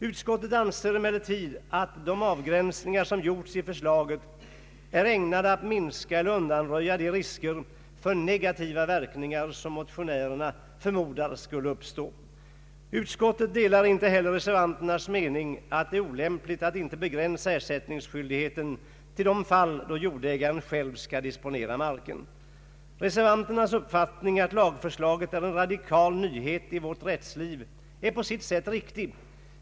Utskottet anser emellertid att de avgränsningar som gjorts i förslaget är ägnade att minska eller undanröja de risker för negativa verkningar som motionärerna förmodar skulle uppstå. Utskottet delar inte heller reservanternas mening att det är olämpligt att inte begränsa ersättningsskyldigheten till de fall då jordägaren själv skall disponera marken. Reservanternas uppfattning att lagförslaget är en radikal nyhet för vårt rättsliv är på sitt sätt riktig.